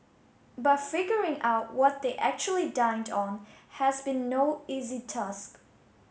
but figuring out what they actually dined on has been no easy task